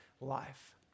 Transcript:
life